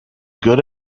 good